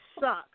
suck